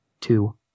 two